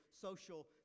social